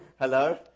hello